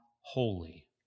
holy